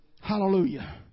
Hallelujah